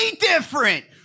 different